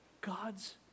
God's